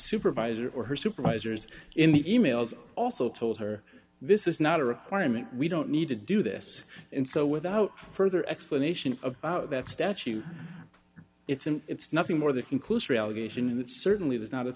supervisor or her supervisors in the e mails also told her this is not a requirement we don't need to do this and so without further explanation about that statute it's an it's nothing more the conclusory allegation and it certainly was not a